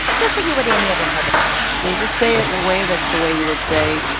just like you would any other part of the body you just say it in a way that's the way you would say,